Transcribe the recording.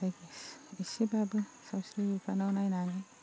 इसेब्लाबो सावस्रि बिफानाव नायनानै